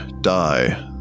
die